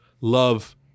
love